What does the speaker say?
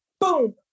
boom